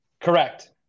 Correct